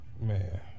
Man